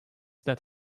that